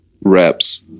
reps